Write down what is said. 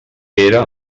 era